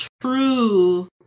true